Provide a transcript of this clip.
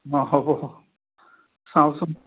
অঁ হ'ব চাওঁচোন